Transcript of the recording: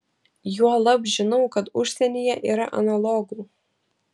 juolab žinau kad užsienyje yra analogų